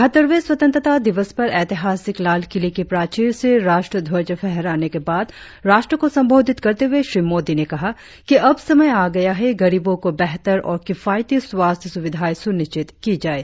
बहत्तरवें स्वतंत्रता दिवस पर ऎतिहासिक लालकिले की प्राचीर से राष्ट्रध्वज फहराने के बाद राष्ट्र को संबोधित करते हुए श्री मोदी ने कहा कि अब समय आ गया है गरीबों को बेहतर और किफायती स्वास्थ्य सुविधाएं सुनिश्चित की जाएं